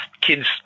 kids